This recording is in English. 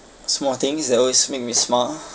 small things that always makes me smile